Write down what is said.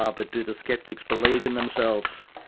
ah but do the skeptics believe in themselves?